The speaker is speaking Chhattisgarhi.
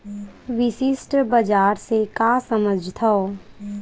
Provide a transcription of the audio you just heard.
विशिष्ट बजार से का समझथव?